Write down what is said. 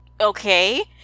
okay